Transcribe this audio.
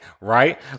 right